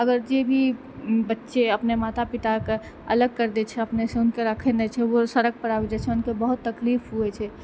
अगर जे भी बच्चे अपने माता पिता के अलग कर दै छै अपनेसँ हुनका राखै नहि छै ओ सड़क पर आबि जाइ छै तऽ बहुत तकलीफ होइ छै